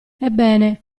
ebbene